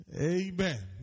Amen